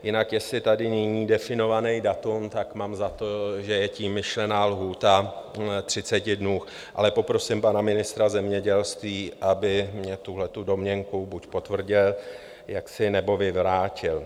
Jinak jestli není definované datum, tak mám za to, že je tím myšlena lhůta 30 dnů, ale poprosím pana ministra zemědělství, aby tuhle domněnku buď potvrdil, nebo vyvrátil.